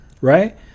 right